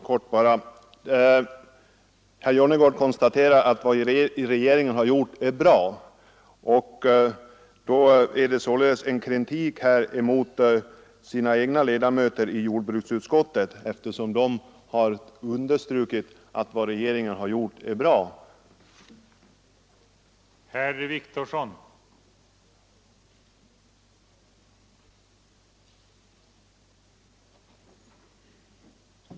Herr talman! Herr Jonnergård konstaterar att vad regeringen gjort är bra. Då riktas således kritiken mot centerpartiets egna ledamöter i jordbruksutskottet, eftersom även de har understrukit att vad regeringen har gjort är bra, men herr Jonnergård vill nu kritisera regeringen utan att hitta anledningen.